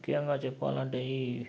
ముఖ్యంగా చెప్పాలంటే ఈ